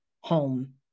home